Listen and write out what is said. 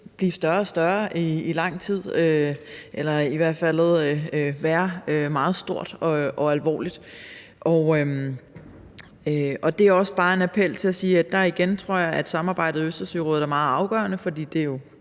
blive større og større i lang tid eller i hvert fald være et meget stort og alvorligt problem. Så det her er også bare en anledning til at sige, at samarbejdet i Østersørådet er meget afgørende, for det